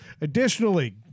Additionally